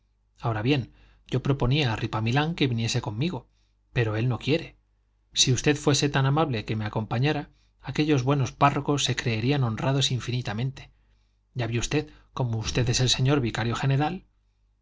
ahora bien yo proponía a ripamilán que viniese conmigo pero él no quiere si usted fuese tan amable que me acompañara aquellos buenos párrocos se creerían honrados infinitamente ya ve usted como usted es el señor vicario general